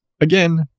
again